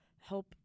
help